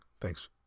thanks